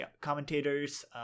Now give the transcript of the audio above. commentators